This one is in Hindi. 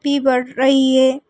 भी बढ़ रही है